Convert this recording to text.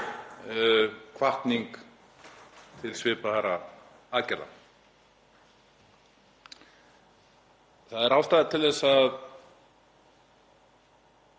hvatning til svipaðra aðgerða. Það er ástæða til þess að